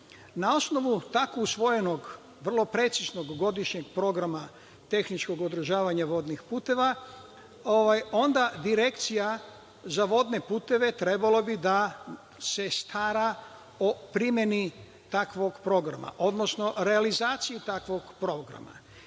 osnovu tako usvojenog, vrlo preciznog godišnjeg programa tehničkog održavanja vodnih puteva, onda Direkcija za vodne puteve trebalo bi da se stara o primeni takvog programa, odnosno realizaciju takvog programa.